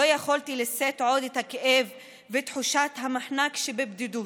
לא יכולתי לשאת עוד את הכאב ותחושת המחנק שבבדידות.